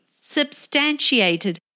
substantiated